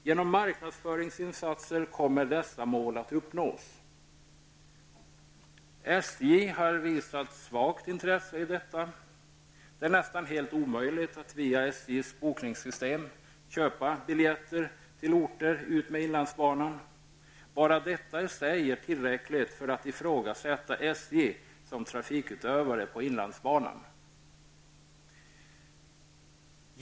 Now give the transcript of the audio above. Genom marknadsföringsinsatser kommer dessa mål att uppnås. SJ har visat svagt intresse i detta. Det är nästan helt omöjligt att via SJs bokningssystem köpa biljetter till orter utmed inlandsbanan. Bara detta i sig är tillräckligt för att ifrågasätta SJ som trafikutövare på inlandsbanan.